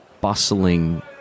bustling